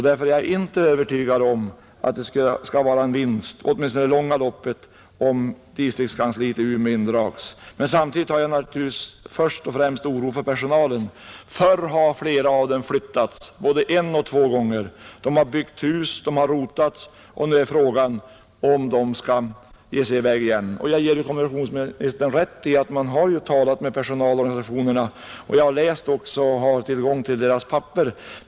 Därför är jag inte övertygad om att det blir en vinst i det långa loppet om distriktskansliet i Umeå indrages. Samtidigt hyser jag naturligtvis först och främst oro för personalen. Förr har flera av dem flyttats både en och två gånger. De har byggt hus, de har rotats. Nu är frågan om de skall ge sig i väg igen. Jag ger kommunikationsministern rätt i att man har talat med personalorganisationen. Jag har också haft tillgång till och läst deras papper.